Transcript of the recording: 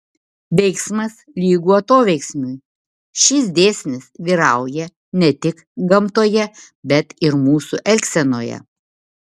veiksmas lygu atoveiksmiui šis dėsnis vyrauja ne tik gamtoje bet ir mūsų elgsenoje